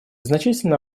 значительно